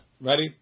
Ready